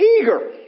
eager